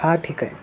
हां ठीक आहे